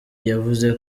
yavuze